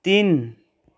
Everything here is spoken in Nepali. तिन